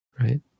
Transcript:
right